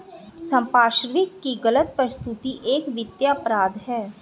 संपार्श्विक की गलत प्रस्तुति एक वित्तीय अपराध है